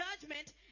judgment